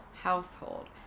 Household